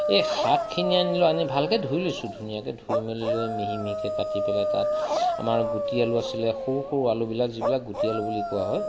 এই শাকখিনি আনিলোঁ আনি ভালকৈ ধুই লৈছোঁ ধুনীয়াকৈ ধুই মেলি লৈ মিহি মিহিকৈ কাটি পেলাই তাত আমাৰ গুটি আলু আছিলে সৰু সৰু আলুবিলাক যিবিলাক গুটি আলু বুলি কোৱা হয়